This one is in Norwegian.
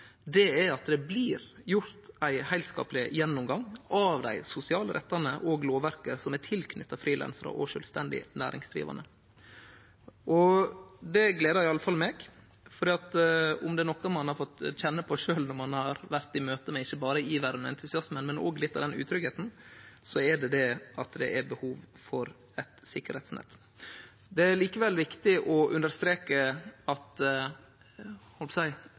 er at det blir gjort ein heilskapleg gjennomgang av dei sosiale rettane og lovverket som er knytte til frilansarar og sjølvstendig næringsdrivande. Det gleder iallfall meg, for om det er noko ein har fått kjenne på sjølv når ein har vore i møte med ikkje berre iveren og entusiasmen, men òg litt av utryggheita, er det at det er behov for eit sikkerheitsnett. Det er likevel viktig å understreke at